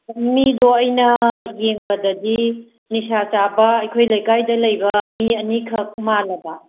ꯃꯤꯗꯣ ꯑꯩꯅ ꯌꯦꯡꯕꯗꯗꯤ ꯅꯤꯁꯥ ꯆꯥꯕ ꯑꯩꯈꯣꯏ ꯂꯩꯀꯥꯏꯗ ꯂꯩꯕ ꯃꯤ ꯑꯅꯤꯈꯛ ꯃꯥꯜꯂꯕ